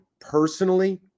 personally